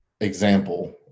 example